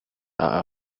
are